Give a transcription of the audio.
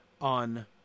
on